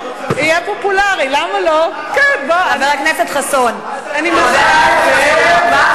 היו כמה חברי כנסת שהסתכלו בלו"ז ואמרו: אהה,